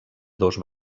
dos